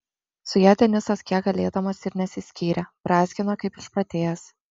su ja denisas kiek galėdamas ir nesiskyrė brązgino kaip išprotėjęs